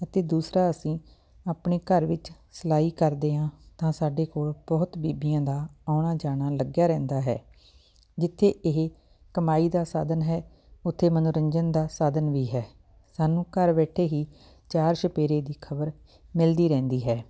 ਅਤੇ ਦੂਸਰਾ ਅਸੀਂ ਆਪਣੇ ਘਰ ਵਿੱਚ ਸਿਲਾਈ ਕਰਦੇ ਹਾਂ ਤਾਂ ਸਾਡੇ ਕੋਲ ਬਹੁਤ ਬੀਬੀਆਂ ਦਾ ਆਉਣਾ ਜਾਣਾ ਲੱਗਿਆ ਰਹਿੰਦਾ ਹੈ ਜਿੱਥੇ ਇਹ ਕਮਾਈ ਦਾ ਸਾਧਨ ਹੈ ਉੱਥੇ ਮਨੋਰੰਜਨ ਦਾ ਸਾਧਨ ਵੀ ਹੈ ਸਾਨੂੰ ਘਰ ਬੈਠੇ ਹੀ ਚਾਰ ਚੁਫੇਰੇ ਦੀ ਖਬਰ ਮਿਲਦੀ ਰਹਿੰਦੀ ਹੈ